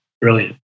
brilliant